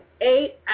eight